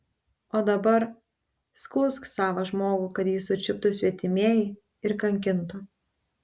o dabar skųsk savą žmogų kad jį sučiuptų svetimieji ir kankintų